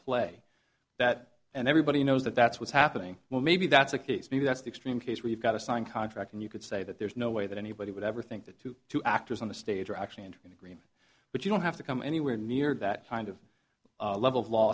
play that and everybody knows that that's what's happening well maybe that's the case maybe that's the extreme case where you've got a signed contract and you could say that there's no way that anybody would ever think that two two actors on the stage are actually entering agreement but you don't have to come anywhere near that kind of level of law